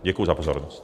Děkuji za pozornost.